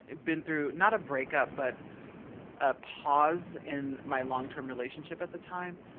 been through, not a breakup, but a pause in my long term relationship at the time,